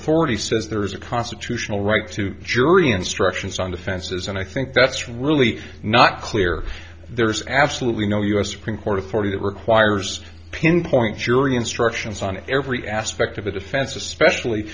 says there is a constitutional right to jury instructions on defenses and i think that's really not clear there's absolutely no u s supreme court authority that requires pinpoint jury instructions on every aspect of a defense especially